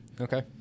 okay